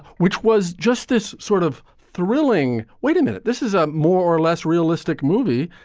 which was just this sort of thrilling. wait a minute. this is a more or less realistic movie.